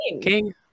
king